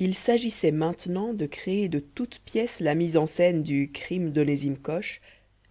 il s'agissait maintenant de créer de toutes pièces la mise en scène du crime d'onésime coche